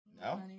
No